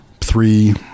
three